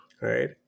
right